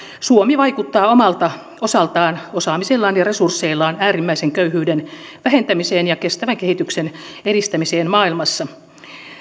suomi vaikuttaa omalta osaltaan osaamisellaan ja resursseillaan äärimmäisen köyhyyden vähentämiseen ja kestävän kehityksen edistämiseen maailmassa